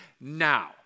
now